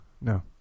No